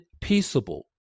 peaceable